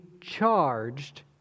charged